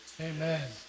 Amen